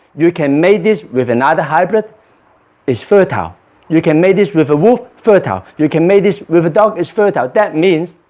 you can mate this with another hybrid it's fertile you can make this with a wolf, fertile. you can mate this with a dog, it's fertile that means